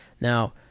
Now